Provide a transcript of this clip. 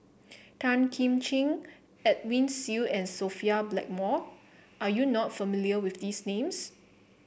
Tan Kim Ching Edwin Siew and Sophia Blackmore are you not familiar with these names